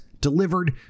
delivered